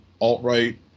alt-right